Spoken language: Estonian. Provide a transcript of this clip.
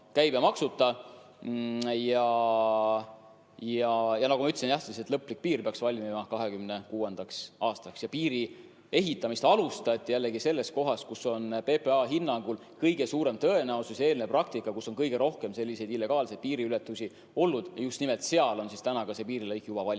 Nagu ma ütlesin, lõplik piir peaks valmima 2026. aastaks. Piiri ehitamist alustati jällegi selles kohas, kus on PPA hinnangul kõige suurem tõenäosus ja eelnev praktika [on näidanud], et on kõige rohkem selliseid illegaalseid piiriületusi olnud, just nimelt seal on see piirilõik juba valmimas.